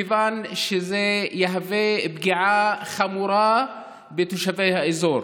מכיוון שזו פגיעה חמורה בתושבי האזור.